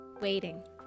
Waiting